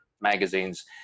magazines